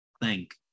Thank